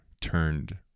turned